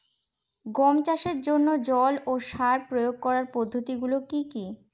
গম চাষের জন্যে জল ও সার প্রয়োগ করার পদ্ধতি গুলো কি কী?